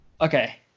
okay